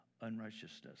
unrighteousness